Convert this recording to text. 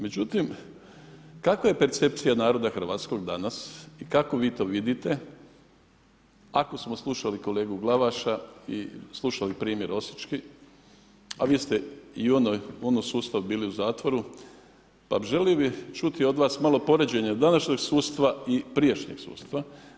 Međutim kakva je percepcija naroda hrvatskog danas i kako vi to vidite, ako smo slušali kolegu Glavaša i slušali primjer Osječki, a vi ste u onom sustavu bili u zatvoru pa želio bih čuti od vas malo poređenje današnjeg sudstva i prijašnjeg sudstva.